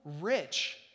rich